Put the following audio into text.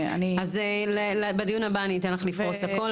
אני --- אז בדיון הבא אני אתן לך לפרוס הכל,